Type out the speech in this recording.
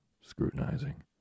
scrutinizing